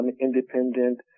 independent